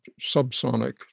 subsonic